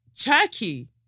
Turkey